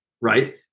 right